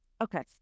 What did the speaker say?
okay